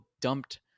dumped